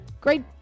great